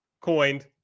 coined